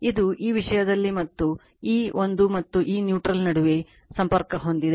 ಇದು ಈ ವಿಷಯದಲ್ಲಿ ಮತ್ತು ಈ ಒಂದು ಮತ್ತು ಈ ನ್ಯೂಟ್ರಲ್ ನಡುವೆ ಸಂಪರ್ಕ ಹೊಂದಿದೆ